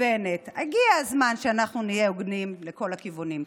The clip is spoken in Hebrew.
הגיע הזמן שאנחנו נהיה הוגנים לכל הכיוונים.